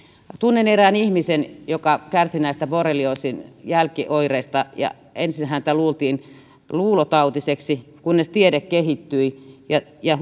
tunnen erään ihmisen joka kärsi borrelioosin jälkioireista ja ensin häntä luultiin luulotautiseksi kunnes tiede kehittyi ja ja